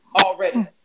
already